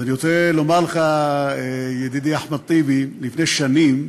אז אני רוצה לומר לך, ידידי אחמד טיבי, לפני שנים